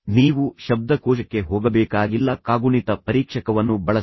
ನೀವು ಶಬ್ದಕೋಶಕ್ಕೆ ಹೋಗಬೇಕಾಗಿಲ್ಲ ಕಾಗುಣಿತ ಪರೀಕ್ಷಕವನ್ನು ಬಳಸಿ